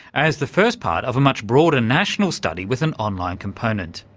as the first part of a much broader national study with an online component.